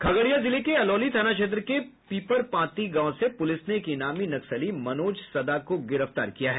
खगड़िया जिले के अलौली थाना क्षेत्र के पीपरपांती गांव से पुलिस ने एक ईनामी नक्सली मनोज सदा को गिरफ्तार किया है